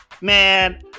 Man